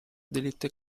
delitto